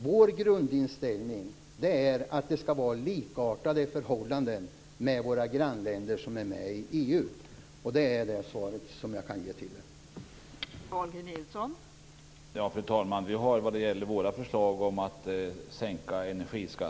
Vår grundinställning är att förhållandena skall vara likartade med dem som gäller i de av våra grannländer som är med i EU. Det är det svar som jag kan ge i detta avseende.